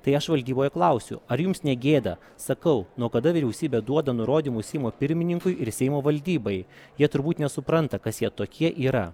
tai aš valdyboje klausiu ar jums negėda sakau nuo kada vyriausybė duoda nurodymus seimo pirmininkui ir seimo valdybai jie turbūt nesupranta kas jie tokie yra